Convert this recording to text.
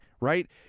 right